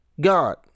God